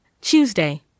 Tuesday